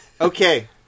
Okay